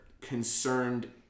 concerned